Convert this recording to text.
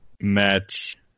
match